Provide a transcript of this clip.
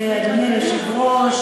אדוני היושב-ראש,